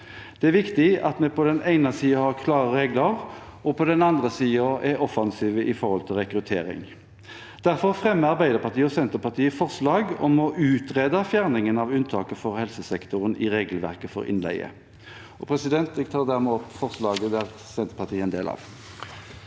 Det er viktig at vi på den ene siden har klare regler og på den andre siden er offensive i forhold til rekruttering. Derfor fremmer Arbeiderpartiet og Senterpartiet forslag om å utrede fjerning av unntaket for helsesektoren i regelverket for innleie. Jeg tar dermed opp forslaget Senterpartiet er med på.